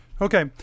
Okay